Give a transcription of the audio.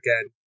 again